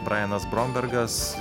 brajanas bronbergas